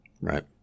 Right